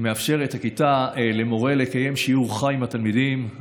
הכיתה מאפשרת למורה לקיים שיעור חי עם התלמידים.